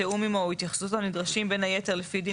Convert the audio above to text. תיאום עמו או התייחסותו נדרשים בין היתר לפי דין